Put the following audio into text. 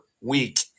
week